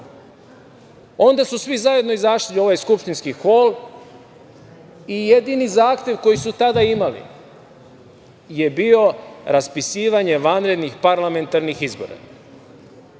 Onda su svi zajedno izašli u ovaj skupštinski hol i jedini zahtev koji su tada imali je bio raspisivanje vanrednih parlamentarnih izbora. Kada